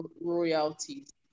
royalties